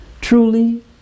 truly